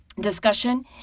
discussion